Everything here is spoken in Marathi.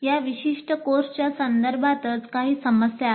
या विशिष्ट कोर्सच्या संदर्भातच काही समस्या आहे